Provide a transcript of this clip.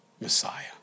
Messiah